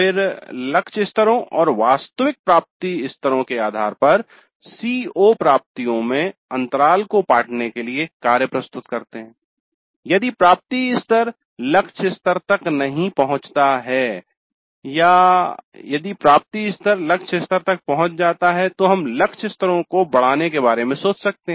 फिर लक्ष्य स्तरों और वास्तविक प्राप्ति स्तरों के आधार पर CO प्राप्तियों में अंतराल को पाटने के लिए कार्य प्रस्तुत है यदि प्राप्ति स्तर लक्ष्य स्तर तक नहीं पहुचता है या यदि प्राप्ति स्तर लक्ष्य स्तर तक पहुंच जाता है तो हम लक्ष्य स्तरों को बढ़ाने के बारे में सोच सकते हैं